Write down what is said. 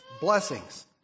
blessings